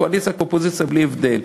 קואליציה כאופוזיציה בלי הבדל,